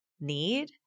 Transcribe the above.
need